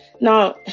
Now